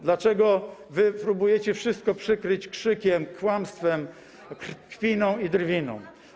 dlaczego wy próbujecie wszystko przykryć krzykiem, kłamstwem, kpiną i drwiną.